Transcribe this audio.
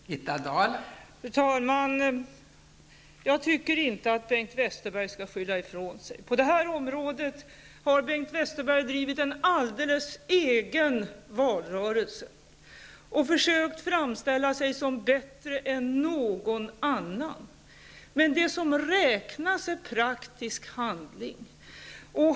Fru talman! Jag tycker inte att Bengt Westerberg skall skylla ifrån sig. På det här området har Bengt Westerberg drivit en alldeles egen valrörelse och försökt framställa sig som bättre än någon annan. Men det som räknas är praktisk handling.